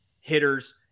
hitters